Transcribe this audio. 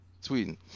sweden